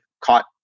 caught